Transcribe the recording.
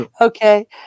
Okay